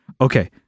Okay